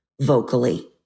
vocally